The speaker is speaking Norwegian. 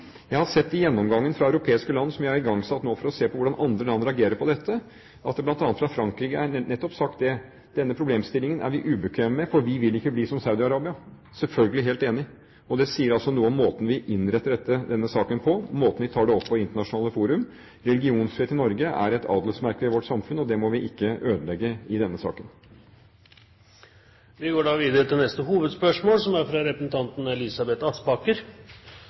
Jeg har sett det i gjennomgangen fra europeiske land som jeg har igangsatt nå for å se hvordan andre land reagerer på dette. Blant annet har Frankrike nettopp sagt at denne problemstillingen er vi ubekvem med, for vi vil ikke bli som Saudi-Arabia. Jeg er selvfølgelig helt enig. Det sier noe om måten vi innretter denne saken på, måten vi tar det opp på i internasjonale forum. Religionsfrihet i Norge er et adelsmerke i vårt samfunn, og det må vi ikke ødelegge i denne saken. Vi går videre til neste hovedspørsmål.